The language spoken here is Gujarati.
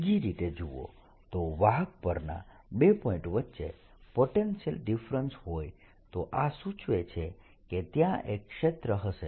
બીજી રીતે જુઓ જો વાહક પરના બે પોઇન્ટ વચ્ચે પોટેન્શિયલ ડિફરન્સ હોય તો આ સૂચવે છે કે ત્યાં એક ક્ષેત્ર હશે